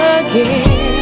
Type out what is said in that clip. again